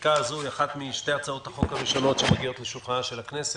החקיקה הזו היא אחת משתי הצעות החוק הראשונות שמגיעות לשולחנה של הכנסת,